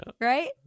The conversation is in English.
right